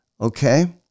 okay